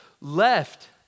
left